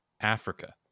Africa